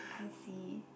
I see